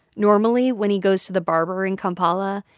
normally when he goes to the barber in kampala,